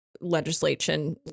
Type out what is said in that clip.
legislation